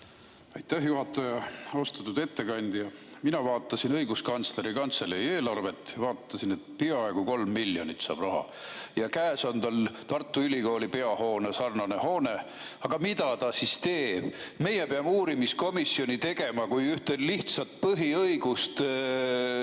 Aitäh, juhataja! Austatud ettekandja! Mina vaatasin Õiguskantsleri Kantselei eelarvet. Peaaegu 3 miljonit saab ta raha ja käes on tal Tartu Ülikooli peahoone sarnane hoone. Aga mida ta siis teeb? Meie peame uurimiskomisjoni tegema, kui ühte lihtsat põhiõigust